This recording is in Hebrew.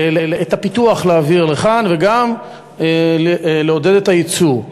את הפיתוח להעביר לכאן וגם לעודד את הייצוא.